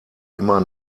immer